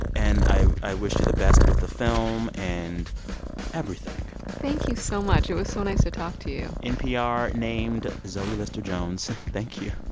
and i i wish you the best with the film and everything thank you so much. it was so nice to talk to you npr-named zoe lister-jones, thank you